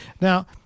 Now